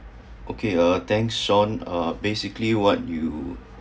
okay uh thanks shawn uh basically what you